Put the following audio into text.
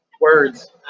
words